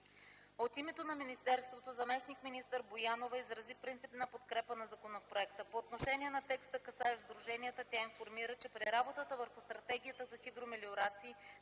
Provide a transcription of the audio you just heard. От името на министерството заместник-министър Боянова изрази принципна подкрепа за законопроекта. По отношение на текста, касаещ сдруженията, тя информира, че при работата върху стратегията за хидромелиорации